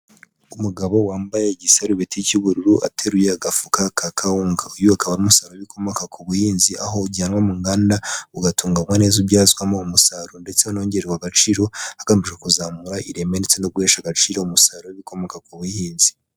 Umugabo wambaye igisarubeti cy'ubururu ateruye agafuka ka kawunga, uyu akaba ari umusaruro w'ibikomoka ku buhinzi. Aho ujyanwa mu nganda ugatunganywa neza ubyazwamo umusaruro ndetse unongererwe agaciro agamije kuzamura ireme ndetse no guhesha agaciro umusaruro w'ibikomoka ku buhinzi.